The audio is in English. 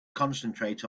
concentrate